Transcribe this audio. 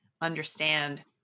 understand